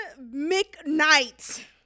McKnight